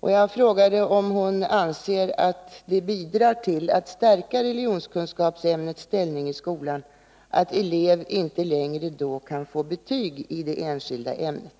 Jag hade frågat om hon ansåg att det bidrar till att stärka religionskunskapsämnets ställning i skolan att en elev inte längre kan få betyg i det enskilda ämnet.